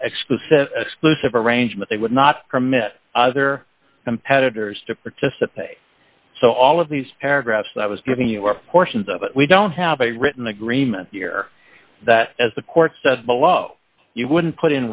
was explicit explosive arrangement they would not permit other competitors to participate so all of these paragraphs that i was giving you were portions of it we don't have a written agreement here that as the court said below you wouldn't put